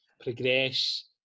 progress